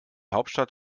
hauptstadt